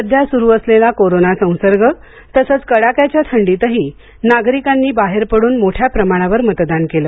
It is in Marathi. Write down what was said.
सध्या सुरु असलेला कोरोना संसर्ग तसंच कडाक्याच्या थंडीतही नागरिकांनी बाहेर पड्न मोठ्या प्रमाणवर मतदान केलं